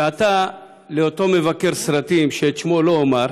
ועתה לאותו מבקר סרטים, שאת שמו לא אומר,